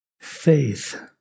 Faith